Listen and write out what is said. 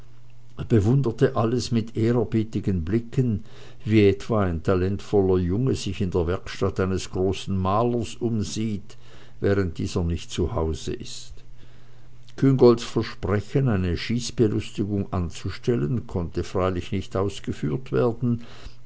bewunderte alles mit ehrerbietigen blicken wie etwa ein talentvoller junge sich in der werkstatt eines großen malers umsieht während dieser nicht zu hause ist küngolts versprechen eine schießbelustigung anzustellen konnte freilich nicht ausgeführt werden